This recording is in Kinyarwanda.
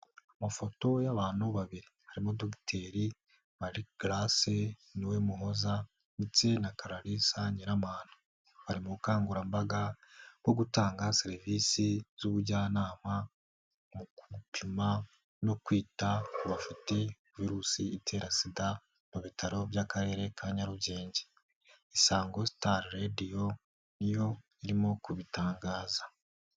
Mu mafoto y'abantu babiri, harimo Dr Marie Grace Niwemuhoza, ndetse na Clarisse Nyiramana. Bari mu bukangurambaga bwo gutanga serivisi z'ubujyanama, mu gupima no kwita ku bafite virusi itera sida, mu bitaro by'Akarere ka Nyarugenge. Isango Star Radio niyo irimo kubitangaza.